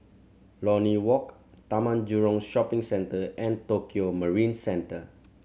Lornie Walk Taman Jurong Shopping Centre and Tokio Marine Centre